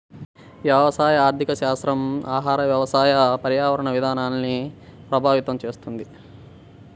వ్యవసాయ ఆర్థికశాస్త్రం ఆహార, వ్యవసాయ, పర్యావరణ విధానాల్ని ప్రభావితం చేస్తుంది